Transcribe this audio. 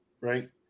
right